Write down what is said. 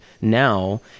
now